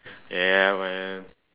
yeah man